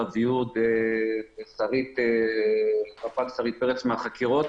לדעתי חפ"ק שרית חפץ מהחקירות